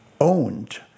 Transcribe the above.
owned